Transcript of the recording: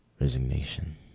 resignation